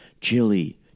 Chili